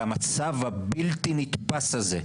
המצב הבלתי נתפס הזה,